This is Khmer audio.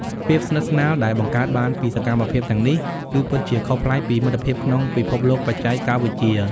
ភាពស្និទ្ធស្នាលដែលបង្កើតបានពីសកម្មភាពទាំងនេះគឺពិតជាខុសប្លែកពីមិត្តភាពក្នុងពិភពលោកបច្ចេកវិទ្យា។